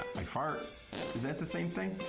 i fart is that the same thing?